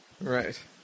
Right